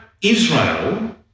israel